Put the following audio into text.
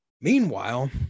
Meanwhile